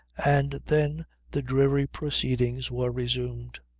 and then the dreary proceedings were resumed.